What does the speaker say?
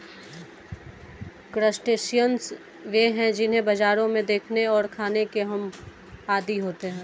crustaceans वे हैं जिन्हें बाजारों में देखने और खाने के हम आदी होते हैं